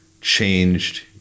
changed